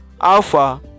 Alpha